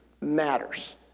matters